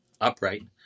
upright